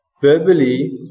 verbally